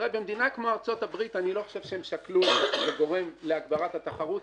במדינה כמו ארצות הברית אני לא חושב שהם שקלו גורם להגברת התחרות,